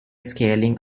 scaling